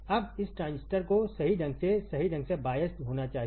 अब इस ट्रांजिस्टर को सही ढंग से सही ढंग से बायस्ड होना चाहिए